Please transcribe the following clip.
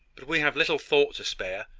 but we have little thought to spare,